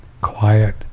quiet